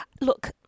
Look